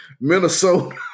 Minnesota